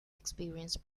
experience